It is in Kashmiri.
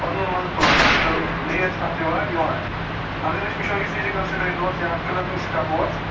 پنُن مَزٕ تُلان تہٕ بیٚیہِ ٲسۍ اَتھ رِواڈ یِوان اَگر أسۍ وُچھو یہِ فِزیکَل سِٹیٹ اوس یا کلَبِنٛگ سِٹپ اوس